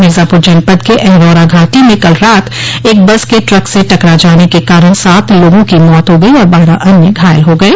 मिर्जापूर जनपद क अहरौरा घाटी में कल रात एक बस के ट्रक से टकरा जाने के कारण सात लोगों की मौत हो गई और बारह अन्य घायल हो गये